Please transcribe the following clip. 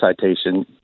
citation